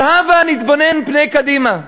אבל הבה נתבונן קדימה,